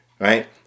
right